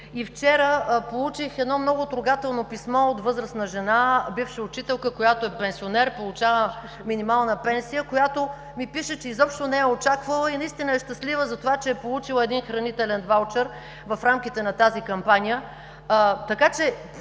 Вчера получих много трогателно писмо от възрастна жена, бивша учителка, която е пенсионер, получава минимална пенсия, която ми пише, че изобщо не е очаквала и наистина е щастлива за това, че е получила един хранителен ваучер в рамките на тази кампания.